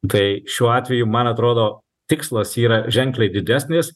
tai šiuo atveju man atrodo tikslas yra ženkliai didesnis